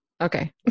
Okay